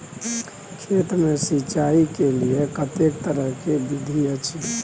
खेत मे सिंचाई के लेल कतेक तरह के विधी अछि?